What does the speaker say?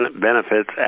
benefits